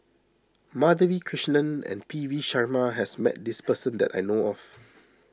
Madhavi Krishnan and P V Sharma has met this person that I know of